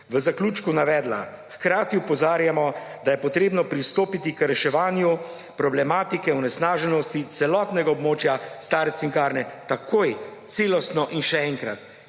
v zaključku navedla: »Hkrati opozarjamo, da je potrebno pristopiti k reševanju problematike onesnaženosti celotnega območja stare Cinkarne takoj, celostno.« In še enkrat,